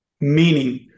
Meaning